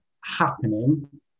happening